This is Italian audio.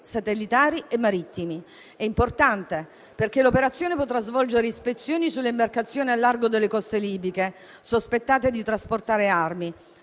satellitari e marittimi. È importante perché nell'ambito dell'operazione si potranno svolgere ispezioni sulle imbarcazioni a largo delle coste libiche sospettate di trasportare armi